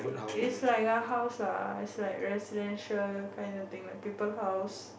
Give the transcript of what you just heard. it's like a house lah it's like a residential kinda thing like people house